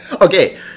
okay